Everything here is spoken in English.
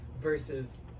versus